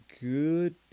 good